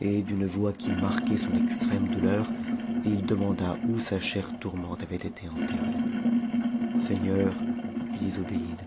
et d'une voix qui marquait son extrême douleur il demanda où sa chère tourmente avait été enterrée a seigneur lui dit zobéide